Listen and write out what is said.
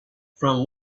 from